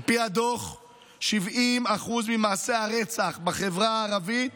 על פי הדוח 70% ממעשי הרצח בחברה הערבית